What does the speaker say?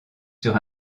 sur